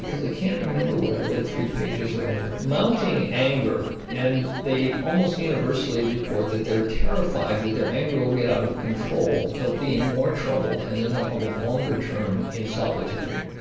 i can't remember what i read three pages earlier. mounting anger and they almost universally report that they're terrified that their anger will get out of control. they'll be in more trouble and then they'll have a longer term in solitary.